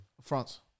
France